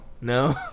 No